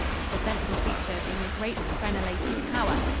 its defensive feature being a great crenolated tower,